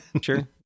sure